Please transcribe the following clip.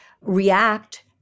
react